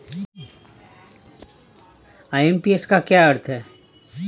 IMPS का क्या अर्थ है?